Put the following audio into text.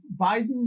Biden